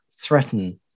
threaten